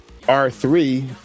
R3